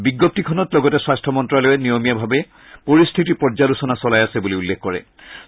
বিজ্ঞপ্তিখনত লগতে স্বাস্থ্য মন্তালয়ে নিয়মীয়াভাৱে পৰিস্থিতিৰ পৰ্য্যালোচনা চলাই আছে বুলি উল্লেখ কৰা হৈছে